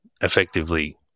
effectively